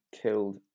killed